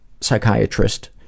psychiatrist